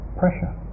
pressure